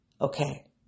Okay